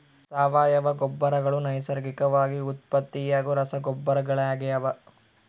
ಸಾವಯವ ಗೊಬ್ಬರಗಳು ನೈಸರ್ಗಿಕವಾಗಿ ಉತ್ಪತ್ತಿಯಾಗೋ ರಸಗೊಬ್ಬರಗಳಾಗ್ಯವ